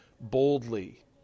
boldly